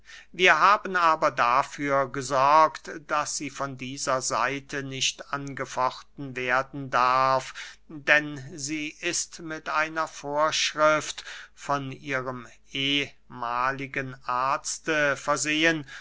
wir haben aber dafür gesorgt daß sie von dieser seite nicht angefochten werden darf denn sie ist mit einer vorschrift von ihrem ehmahligen arzte versehen